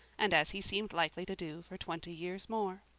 and as he seemed likely to do for twenty years more.